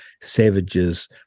savages